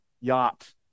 yacht